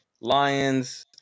lions